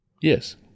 Yes